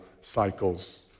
cycles